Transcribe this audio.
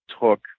took